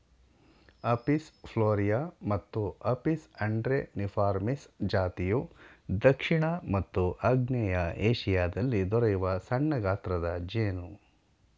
Apis florea ಮತ್ತು Apis andreniformis ಜಾತಿಯು ದಕ್ಷಿಣ ಮತ್ತು ಆಗ್ನೇಯ ಏಶಿಯಾದಲ್ಲಿ ದೊರೆಯುವ ಸಣ್ಣಗಾತ್ರದ ಜೇನು